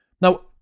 Now